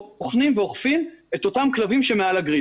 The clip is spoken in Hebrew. בוחנים ואוכפים את אותם כלבים שמעל הגריד.